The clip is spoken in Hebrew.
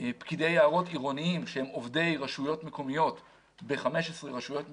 פקידי יערות עירוניים שהם עובדי רשויות מקומיות ב-15 רשויות מקומיות.